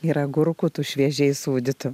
ir agurkų tų šviežiai sūdytų